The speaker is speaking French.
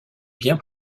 bien